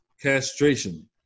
castration